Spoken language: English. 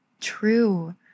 true